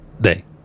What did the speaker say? day